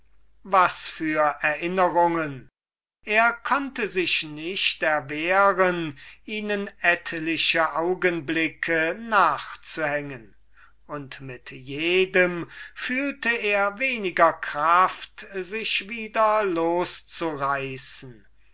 was für erinnerungen er konnte sich nicht erwehren ihnen etliche augenblicke nachzuhängen und fühlte immer weniger kraft sich wieder von ihnen loszureißen